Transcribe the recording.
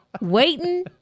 waiting